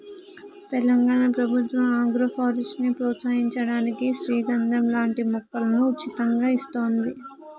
తెలంగాణ ప్రభుత్వం ఆగ్రోఫారెస్ట్ ని ప్రోత్సహించడానికి శ్రీగంధం లాంటి మొక్కలను ఉచితంగా ఇస్తోంది